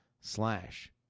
slash